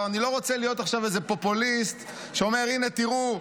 אני לא רוצה להיות עכשיו איזה פופוליסט שאומר: הינה תראו,